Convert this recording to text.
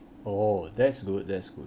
oh that's good that's good